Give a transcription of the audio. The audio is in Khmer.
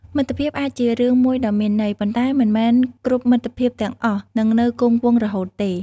មិត្តភាពអាចជារឿងមួយដ៏មានន័យ ប៉ុន្តែមិនមែនគ្រប់មិត្តភាពទាំងអស់នឹងនៅគង់វង្សរហូតទេ។